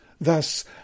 Thus